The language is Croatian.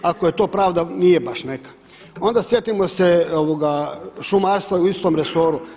Ako je to pravda, nije baš neka Onda sjetimo se šumarstva u istom resoru.